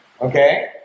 okay